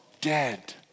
dead